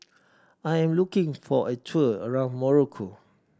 I am looking for a tour around Morocco